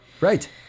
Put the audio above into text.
Right